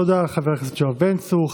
תודה לחבר הכנסת יואב בן צור.